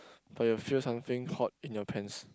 but you feel something hot in your pants